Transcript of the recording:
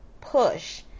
push